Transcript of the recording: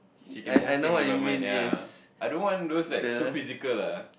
she can move things with her mind ya I don't want those like too physical ah